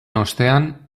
ostean